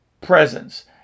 presence